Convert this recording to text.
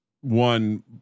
one